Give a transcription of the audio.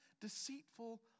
deceitful